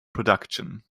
production